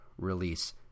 release